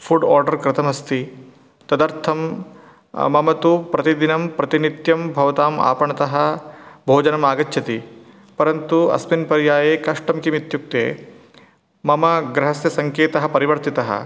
food order कृतमस्ति तदर्थं मम तु प्रतिदिनं प्रतिनित्यं भवताम् आपणतः भोजनमागच्छति परन्तु अस्मिन् पर्याये कष्टं किमित्युक्ते मम ग्रहस्य सङ्केतः परिवर्तितः